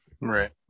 Right